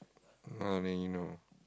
know then you know